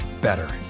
better